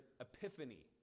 epiphany